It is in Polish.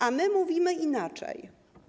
A my mówimy inaczej.